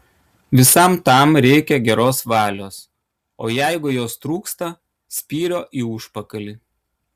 visam tam reikia geros valios o jeigu jos trūksta spyrio į užpakalį